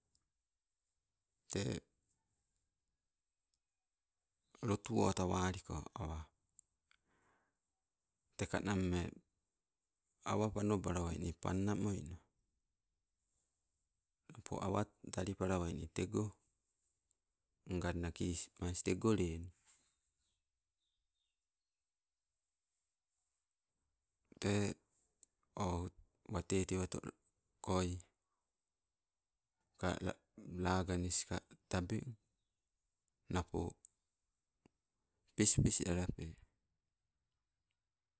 Tee lotuwotawaliko awa, teka name awa panno balawai nii panna moino. Napo awa talipalawai nii ego, nganna krismas tego lenu. Tee o wate tewatokoi kala laganis ka tabeng napo pispis lalape.